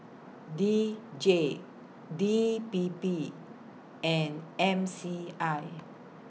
D J D P P and M C I